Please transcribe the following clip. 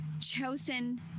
chosen